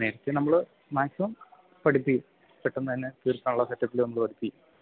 നേരത്തെ നമ്മൾ മാക്സിമം പഠിപ്പി പെട്ടന്ന് തന്നെ തീര്ക്കാന് ഉള്ള സെറ്റപ്പിൽ നമ്മൾ വര്ക്ക് ചെയ്യും